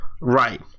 Right